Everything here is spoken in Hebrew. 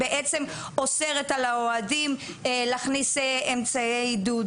בעצם אוסרת על האוהדים להכניס אמצעי עידוד